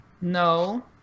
No